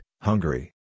Hungary